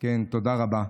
תודה רבה.